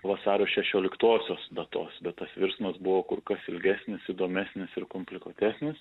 vasario šešioliktosios datos bet tas virsmas buvo kur kas ilgesnis įdomesnis ir komplikuotesnis